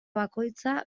bakoitza